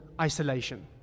isolation